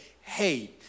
hey